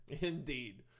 Indeed